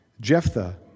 Jephthah